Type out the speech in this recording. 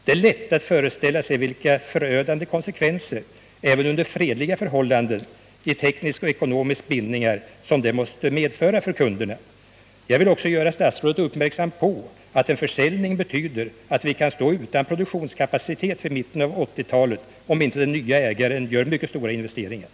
Det är lätt att föreställa sig vilka förödande konsekvenser i form av tekniska och ekonomiska bindningar som detta skulle medföra för kunderna även under fredliga förhållanden. Jag vill också göra statsrådet uppmärksam på att en försäljning betyder att vi kan komma att stå utan produktionskapacitet vid mitten av 1980-talet, om inte den nye ägaren gör mycket stora investeringar.